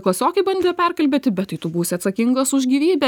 klasiokai bandė perkalbėti bet tai tu būsi atsakingas už gyvybę